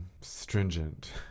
stringent